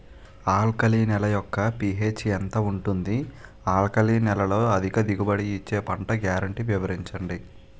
Alkali నేల యెక్క pH ఎంత ఉంటుంది? ఆల్కలి నేలలో అధిక దిగుబడి ఇచ్చే పంట గ్యారంటీ వివరించండి?